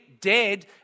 dead